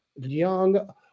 young